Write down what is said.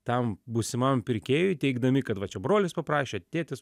tam būsimam pirkėjui teigdami kad va čia brolis paprašė tėtis